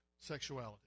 sexuality